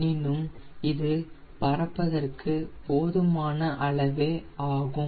எனினும் இது பறப்பதற்கு போதுமான அளவே ஆகும்